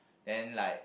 then like